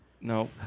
No